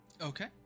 okay